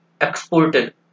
exported